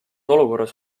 olukorras